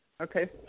Okay